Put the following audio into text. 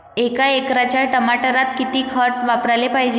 एका एकराच्या टमाटरात किती खत वापराले पायजे?